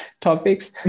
topics